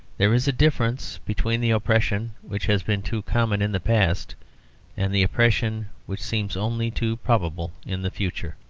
there is a difference between the oppression which has been too common in the past and the oppression which seems only too probable in the future.